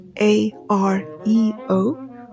A-R-E-O